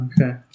Okay